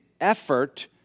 effort